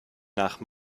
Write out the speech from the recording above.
nach